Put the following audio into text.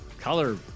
color